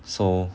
so